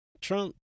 Trump